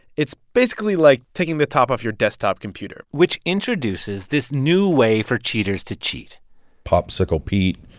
it's basically like taking the top off your desktop computer which introduces this new way for cheaters to cheat popsicle pete,